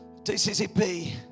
TCCP